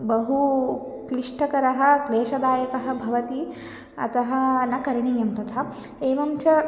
बहु क्लिष्टकरः क्लेशदायकः भवति अतः न करणीयं तथा एवं च